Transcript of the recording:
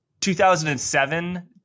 2007